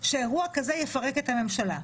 שאירוע כזה יפרק את הממשלה.